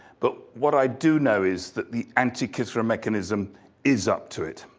but what i do know is that the antikythera mechanism is up to it.